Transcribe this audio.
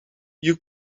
you